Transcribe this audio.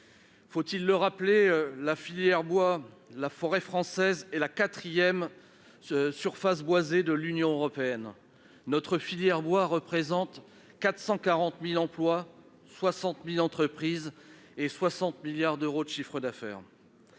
Faut-il le rappeler, la forêt française est la quatrième surface boisée de l'Union européenne. Notre filière bois représente 440 000 emplois, 60 000 entreprises et 60 milliards d'euros de chiffre d'affaires.